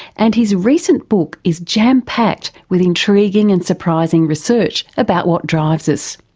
and his recent book is jam-packed with intriguing and surprising research about what drives us.